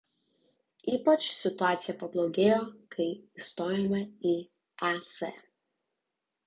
ypač situacija pablogėjo kai įstojome į es